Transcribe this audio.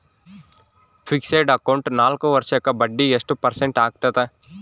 Fixed account ನಾಲ್ಕು ವರ್ಷಕ್ಕ ಬಡ್ಡಿ ಎಷ್ಟು ಪರ್ಸೆಂಟ್ ಆಗ್ತದ?